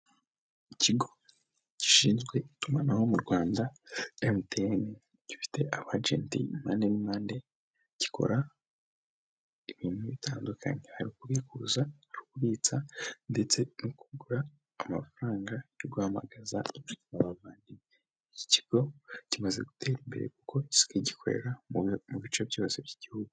Ikigo gishinzwe itumanaho mu Rwanda MTN, gifite abagenti impande n'impande gikora ibintu bitandukanye, ari ukubikuza ari ukubitsa ndetse no kugura amafaranga yo guhamagaza inshuti n'abavandimwe, iki kigo kimaze gutera imbere kuko gisigaye gikorera mu bice byose by'igihugu.